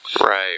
Right